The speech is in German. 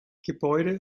gebäude